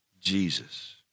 Jesus